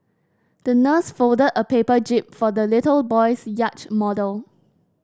the nurse folded a paper jib for the little boy's yacht model